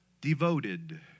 devoted